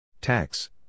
Tax